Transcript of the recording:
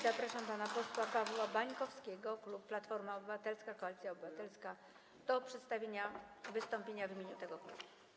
Zapraszam pana posła Pawła Bańkowskiego z klubu Platforma Obywatelska - Koalicja Obywatelska do przedstawienia wystąpienia w imieniu tego klubu.